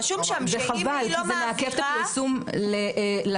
וחבל, זה מעכב את הפרסום לציבור.